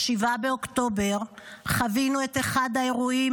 ב-7 באוקטובר חווינו את אחד האירועים